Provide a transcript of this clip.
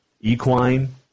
equine